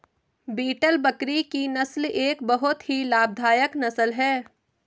beetle बकरी की नस्ल एक बहुत ही लाभदायक नस्ल है